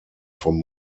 vom